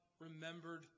remembered